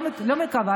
לא מקווה,